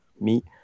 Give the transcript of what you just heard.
meet